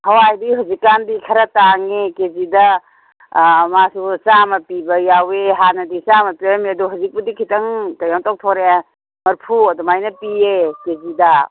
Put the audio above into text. ꯍꯋꯥꯏꯗꯤ ꯍꯧꯖꯤꯛꯀꯥꯟꯗꯤ ꯈꯔ ꯇꯥꯡꯉꯦ ꯀꯦꯖꯤꯗ ꯃꯥꯁꯨ ꯆꯥꯃ ꯄꯤꯕ ꯌꯥꯎꯋꯤ ꯍꯥꯟꯅꯗꯤ ꯆꯥꯃ ꯄꯤꯔꯝꯃꯦ ꯑꯗꯣ ꯍꯧꯖꯤꯛꯄꯨꯗꯤ ꯈꯤꯇꯪ ꯀꯩꯅꯣ ꯇꯧꯊꯣꯔꯛꯑꯦ ꯃꯔꯐꯨ ꯑꯗꯨꯃꯥꯏꯅ ꯄꯤꯌꯦ ꯀꯦꯖꯤꯗ